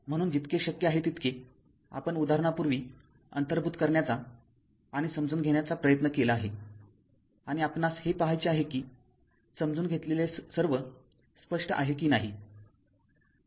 म्हणून जितके शक्य आहे तितके आपण उदाहरणापूर्वी अंतर्भूत करण्याचा आणि समजून घेण्याचा प्रयत्न केला आहे आणि आपणास हे पाहायचे आहे किसमजून घेतलेले सर्व स्पष्ट आहे कि नाही